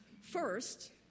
First